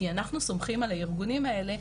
כי אנחנו סומכים על הארגונים האלה,